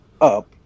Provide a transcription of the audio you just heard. up